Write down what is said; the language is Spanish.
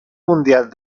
mundial